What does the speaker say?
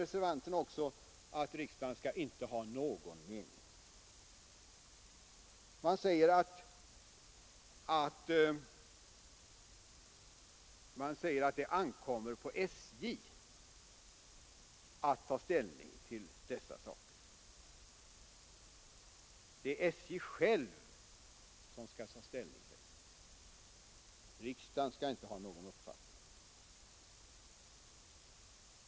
Reservanterna anser att riksdagen här inte skall ha någon mening — man säger att det ankommer på SJ att ta ställning till dessa saker.